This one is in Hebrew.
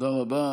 תודה רבה.